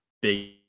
big